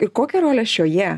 ir kokią rolę šioje